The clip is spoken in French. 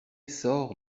sort